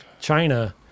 china